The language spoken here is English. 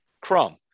Crum